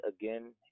again